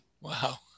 Wow